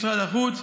משרד החוץ,